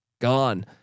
Gone